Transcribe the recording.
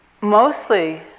mostly